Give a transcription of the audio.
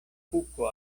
kuko